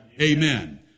Amen